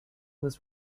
was